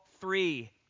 three